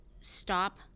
stop